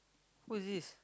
who is this